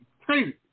Crazy